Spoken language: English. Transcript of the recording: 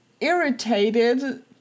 irritated